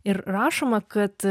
ir rašoma kad